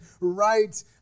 right